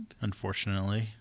Unfortunately